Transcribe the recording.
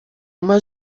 uma